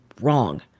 wrong